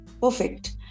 Perfect